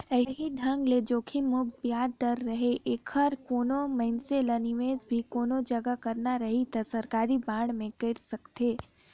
ऐही एंग ले जोखिम मुक्त बियाज दर रहें ऐखर कोनो मइनसे ल निवेस भी कोनो जघा करना रही त सरकारी बांड मे कइर सकथे